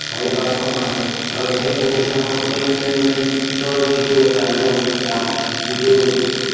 চাৰি পাঁচখন আছে আৰু সেই প্ৰতিষ্ঠানত হোটেল মেনেজমেণ্টৰ যিটো এটা কোৰ্ছ বা যিটো